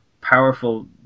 powerful